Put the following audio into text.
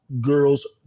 girls